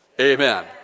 Amen